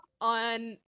on